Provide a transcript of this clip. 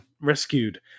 rescued